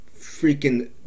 freaking